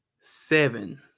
seven